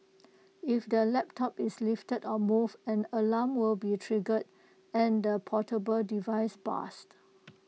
if the laptop is lifted or moved an alarm will be triggered and the portable device buzzed